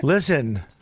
Listen